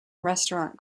restaurant